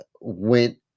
Went